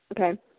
Okay